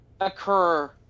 occur